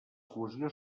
cohesió